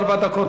ארבע דקות,